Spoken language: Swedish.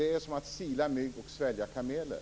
Det är som att sila mygg och svälja kameler.